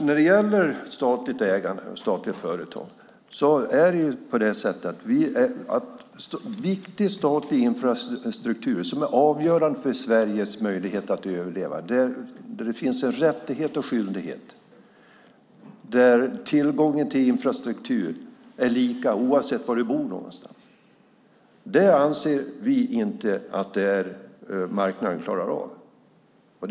När det gäller statliga företag och viktig statlig infrastruktur som är avgörande för Sveriges möjligheter finns det en rättighet och en skyldighet. Det ska finnas tillgång till infrastruktur som är lika oavsett var du bor någonstans. Det anser vi inte marknaden klarar av.